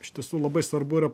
iš tiesų labai svarbu